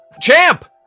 Champ